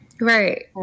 Right